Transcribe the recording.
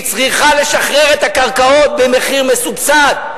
היא צריכה לשחרר את הקרקעות במחיר מסובסד.